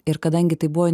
ir kadangi tai buvo